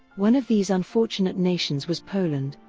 one of these unfortunate nations was poland,